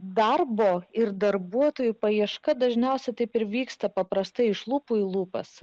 darbo ir darbuotojų paieška dažniausiai taip ir vyksta paprastai iš lūpų į lūpas